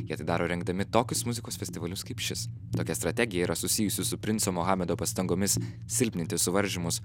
jie tai daro rengdami tokius muzikos festivalius kaip šis tokia strategija yra susijusi su princo mohamedo pastangomis silpninti suvaržymus